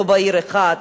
לא בעיר אחת.